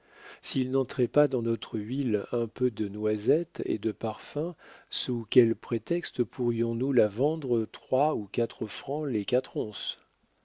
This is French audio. s'il n'entrait pas dans notre huile un peu de noisette et de parfum sous quel prétexte pourrions-nous la vendre trois ou quatre francs les quatre